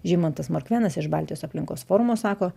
žymantas morkvėnas iš baltijos aplinkos forumo sako